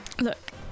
Look